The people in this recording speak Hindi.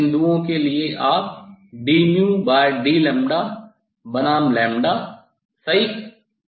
अलग अलग बिंदुओं के लिए आप dd बनाम लैम्ब्डा सही